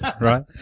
right